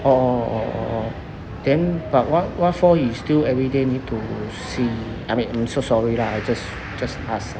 orh then but what what for he still everyday need to see I am so sorry lah I just just ask